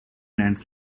grant